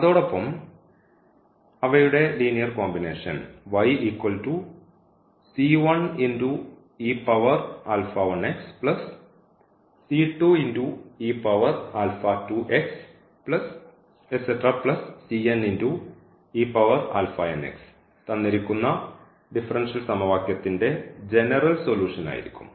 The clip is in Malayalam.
അതോടൊപ്പം അവയുടെ ലീനിയർ കോമ്പിനേഷൻ തന്നിരിക്കുന്ന ഡിഫറൻഷ്യൽ സമവാക്യത്തിന്റെ ജനറൽ സൊലൂഷൻ ആയിരിക്കും